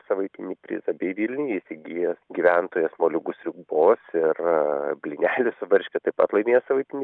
savaitinį prizą bei vilniuje įsigijęs gyventojas moliūgų sriubos ir blynelių su varške taip pat laimėjo savaitinį